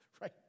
right